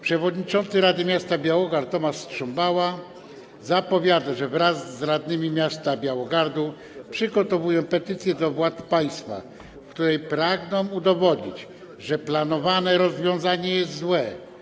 Przewodniczący Rady Miasta Białogard Tomasz Strząbała zapowiada, że wraz z radnymi miasta Białogardu przygotowują petycję do władz państwa, w której pragną udowodnić, że planowane rozwiązanie jest złe.